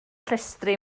llestri